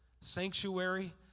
sanctuary